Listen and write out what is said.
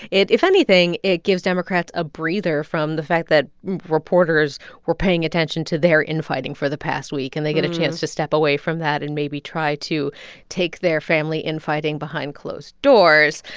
if anything, it gives democrats a breather from the fact that reporters were paying attention to their infighting for the past week. and they get a chance to step away from that and maybe try to take their family infighting behind closed doors.